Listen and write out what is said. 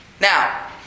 Now